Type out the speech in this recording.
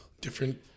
different